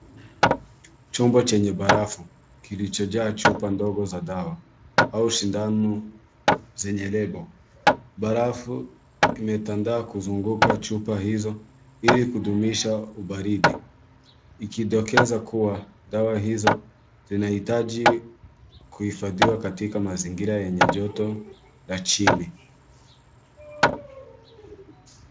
Chumba chenye barafu kilichojaa chupa ndogo za dawa au shindano zenye lebo, barafu imetandaa kuzunguka chupa hizo ili kudumisha ubaridi ikidokeza kuwa dawa hizo zinahitaji kuhifadhiwa katika mazingira yenye joto la chini.